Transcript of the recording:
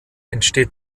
entsteht